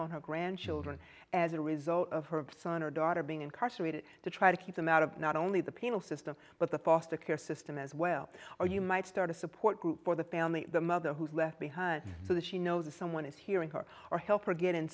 on her grandchildren as a result of her son or daughter being incarcerated to try to keep them out of not only the penal system but the foster care system as well or you might start a support group for the family the mother who's left behind so that she knows someone is hearing her or help her get in